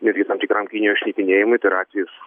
netgi tam tikram kinijos šnipinėjimui tai yra atvejis